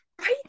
Right